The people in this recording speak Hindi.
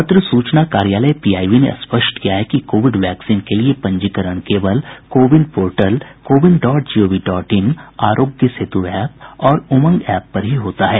पत्र सूचना कार्यालय पीआईबी ने स्पष्ट किया है कि कोविड वैक्सीन के लिए पंजीकरण केवल CoWIN portal CoWIN dot gov dot in Aarogya Setu app और उमंग एप पर ही होता है